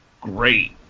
great